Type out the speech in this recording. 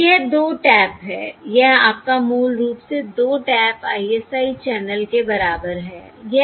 यह 2 टैप है यह आपका मूल रूप से 2 टैप ISI चैनल के बराबर है